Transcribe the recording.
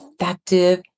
effective